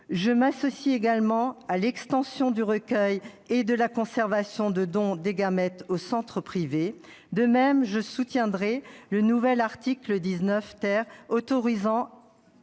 Je m'associe également à l'idée d'une extension du recueil et de la conservation des dons de gamètes aux centres privés. De même, je soutiendrai le nouvel article 19 autorisant,